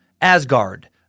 Asgard